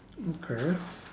okay